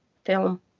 Film